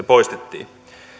poistettiin